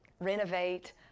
Renovate